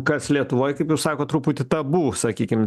kas lietuvoj kaip jūs sakot truputį tabu sakykim